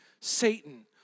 Satan